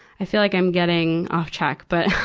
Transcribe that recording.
i feel like i'm getting off track, but,